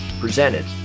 presented